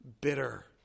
bitter